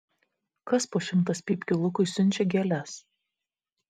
kas po šimtas pypkių lukui siunčia gėles